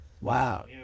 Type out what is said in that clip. wow